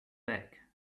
back